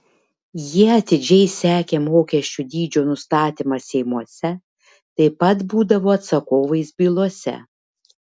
jie atidžiai sekė mokesčių dydžio nustatymą seimuose taip pat būdavo atsakovais bylose